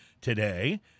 today